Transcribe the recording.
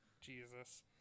Jesus